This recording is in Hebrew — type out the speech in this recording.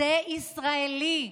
זה ישראלי.